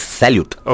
salute